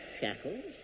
Shackles